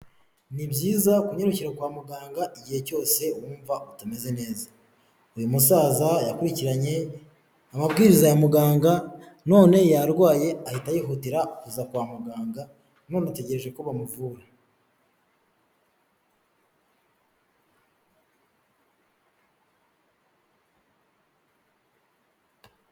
Ni byiza kunyarukira kwa muganga igihe cyose wumva utameze neza. Uyu musaza yakurikiranye amabwiriza ya muganga none yarwaye ahita yihutira kujya kwa muganga none ategereje ko bamuvura.